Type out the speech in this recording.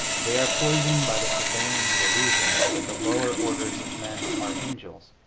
they are poisoned by the prevailing delusion that the lower orders of men are angels.